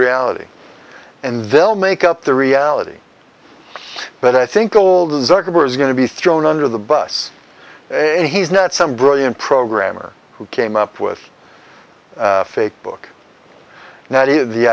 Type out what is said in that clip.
reality and they'll make up the reality but i think old is going to be thrown under the bus and he's not some brilliant programmer who came up with a fake book and that is the